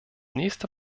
nächster